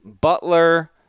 Butler